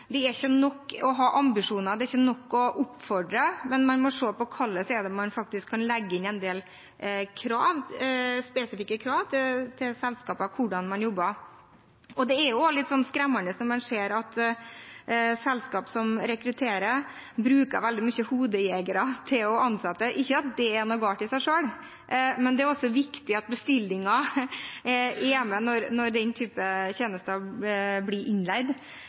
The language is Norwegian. er ikke nok å oppfordre, men man må se på hvordan man faktisk kan legge inn en del krav – spesifikke krav – til selskapene med hensyn til hvordan man jobber. Det er jo også litt skremmende når man ser at selskap som rekrutterer, i stor grad bruker hodejegere til å ansette. Ikke at det er noe galt i seg selv, men det er viktig at bestillingen er med når den typen tjenester blir innleid,